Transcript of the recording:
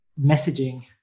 messaging